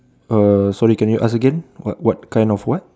uh sorry can you ask again what what what kind of what